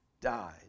died